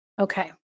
Okay